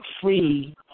free